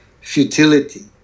futility